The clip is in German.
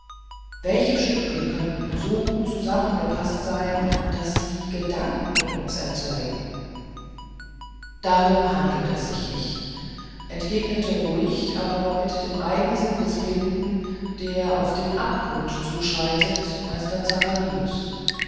welche stücke könnten so gut zusammengepaßt sein daß sie gedanken in uns erzeugten darum handelt es sich nicht entgegnete ruhig aber mit dem eigensinn des blinden der auf den abgrund zuschreitet meister